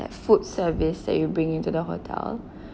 food service that you bring into the hotel